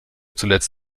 zuletzt